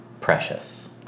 Precious